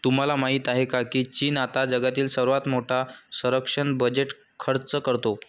तुम्हाला माहिती आहे का की चीन आता जगातील सर्वात मोठा संरक्षण बजेट खर्च करतो?